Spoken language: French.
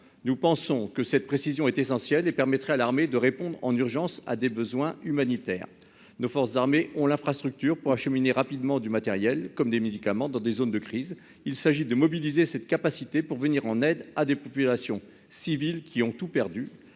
Nous pensons que cette précision est essentielle et permettrait à l'armée de répondre en urgence à des besoins humanitaires. Nos forces armées ont l'infrastructure pour acheminer rapidement du matériel comme des médicaments dans des zones de crise. Il s'agit de mobiliser cette capacité pour venir en aide à des populations civiles qui ont tout perdu,